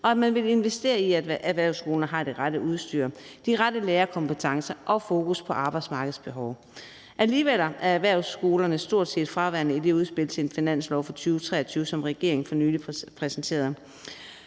og at man vil investere i, at erhvervsskolerne har det rette udstyr, de rette lærerkompetencer og fokus på arbejdsmarkedets behov. Alligevel er erhvervsskolerne stort set fraværende i det udspil til en finanslov for 2023, som regeringen for nylig præsenterede.